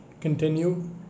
continue